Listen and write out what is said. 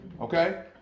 Okay